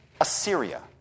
Assyria